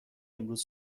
امروز